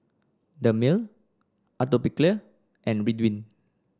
Dermale Atopiclair and Ridwind